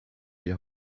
die